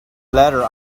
ladder